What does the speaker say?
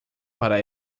para